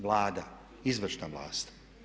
Vlada, izvršna vlast.